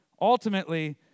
ultimately